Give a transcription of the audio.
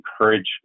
encourage